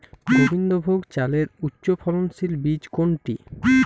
গোবিন্দভোগ চালের উচ্চফলনশীল বীজ কোনটি?